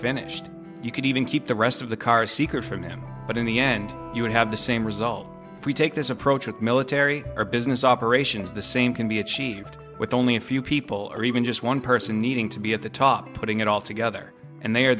finished you could even keep the rest of the car a secret from him but in the end you would have the same result if we take this approach with military or business operations the same can be achieved with only a few people or even just one person needing to be at the top putting it all together and they are